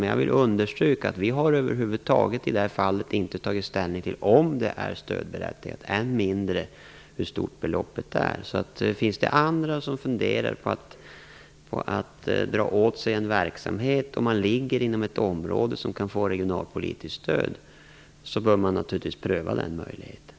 Men jag vill understryka att vi över huvud taget inte i det här fallet har tagit ställning till om verksamheten är stödberättigad än mindre hur stort beloppet är. Finns det andra som funderar på att dra åt sig en verksamhet och man ligger inom ett område som kan få regionalpolitiskt stöd, bör man naturligtvis pröva den möjligheten.